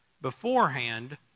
beforehand